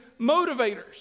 motivators